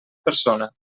persona